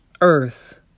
earth